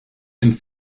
and